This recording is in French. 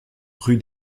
rue